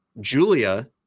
Julia